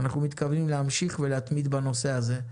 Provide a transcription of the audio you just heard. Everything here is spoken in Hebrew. אנחנו מתכוונים להמשיך ולהתמיד בנושא הזה.